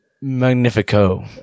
magnifico